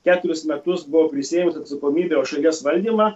ketverius metus buvo prisiėmusi atsakomybę už šalies valdymą